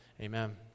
amen